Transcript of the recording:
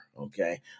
okay